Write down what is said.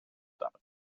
that